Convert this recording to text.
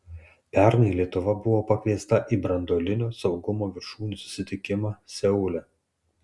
pernai lietuva buvo pakviesta į branduolinio saugumo viršūnių susitikimą seule